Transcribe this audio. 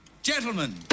Gentlemen